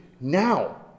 now